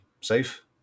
safe